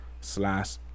slash